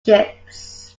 ships